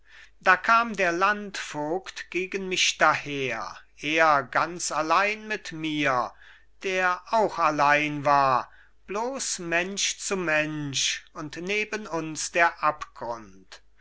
da kam der landvogt gegen mich daher er ganz allein mit mir der auch allein war bloss mensch zu mensch und neben uns der abgrund